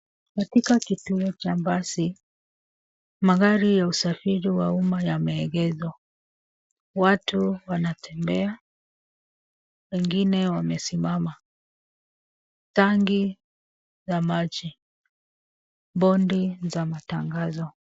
Katika kituo cha basi magari ya usafiri wa umma yameegezwa, watu wanatembea wengine wamesimama, tangi ya maji, bonde za matangazo.